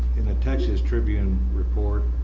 in the texas tribune report